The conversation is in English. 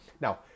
Now